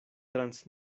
trans